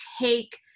take